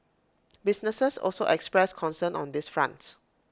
businesses also expressed concern on this front